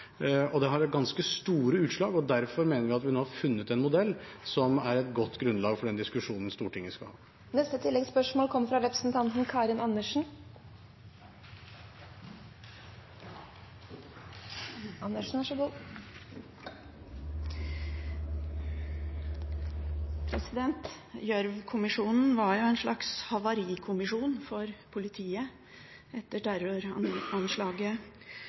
Det får ganske store utslag. Derfor mener vi at vi nå har funnet en modell som er et godt grunnlag for den diskusjonen Stortinget skal ha. Karin Andersen – til oppfølgingsspørsmål. Gjørv-kommisjonen var jo en slags havarikommisjon for politiet etter terroranslaget